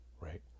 right